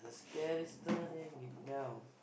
scan it's turning it now